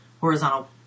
horizontal